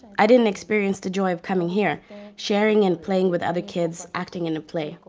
i didn't experience the joy of coming here sharing and playing with other kids, acting in a play.